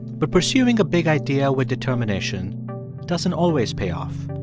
but pursuing a big idea with determination doesn't always pay off,